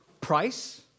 price